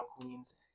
Queens